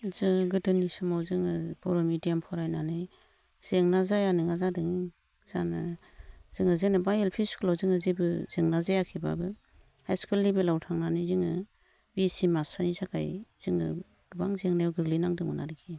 जोङो गोदोनि समाव जोङो बर' मिडियाम फरायनानै जेंना जाया नङा जादों जोङो जेनेबा एल पि स्कुलाव जोङो जेबो जेंना जायाखैबाबो हाइस्कुल लेबेलाव थांनानै जोङो बि एस सि मास्टारनि थाखाय जोङो गोबां जेंनायाव गोग्लैनांदोंमोन आरोखि